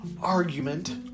argument